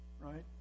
Right